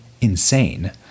insane